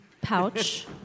pouch